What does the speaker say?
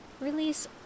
release